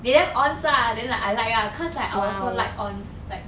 they damn ons lah then like I like ah cause I also like ons like